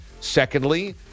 Secondly